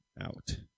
out